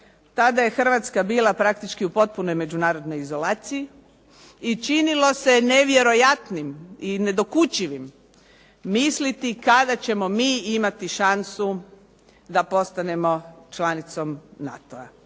tada je Hrvatska bila praktički u potpunoj međunarodnoj izolaciji i činilo se nevjerojatnim i nedokučivim misliti kada ćemo mi imati šansu da postanemo članicom NATO-a.